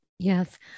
Yes